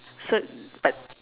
so but